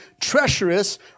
treacherous